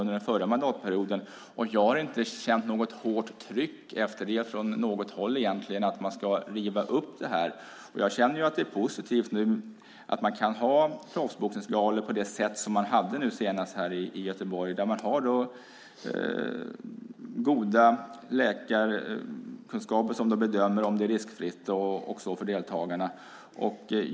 Efter det har jag egentligen inte från något håll känt ett hårt tryck på att riva upp fattat beslut. Jag känner att det nu är positivt, att man kan ha proffsboxningsgalor så som man hade nu senast i Göteborg. Där fanns goda läkarkunskaper för att kunna bedöma om det är riskfritt och så för deltagarna.